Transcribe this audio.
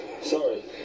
Sorry